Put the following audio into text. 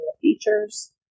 features